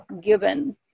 given